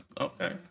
Okay